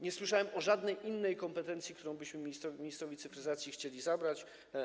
Nie słyszałem o żadnej innej kompetencji, którą byśmy ministrowi cyfryzacji chcieli zabrać.